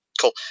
Cool